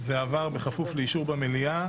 עבר בכפוף לאישור במליאה.